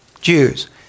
Jews